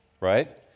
right